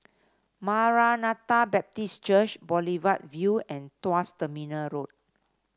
Maranatha Baptist Church Boulevard Vue and Tuas Terminal Road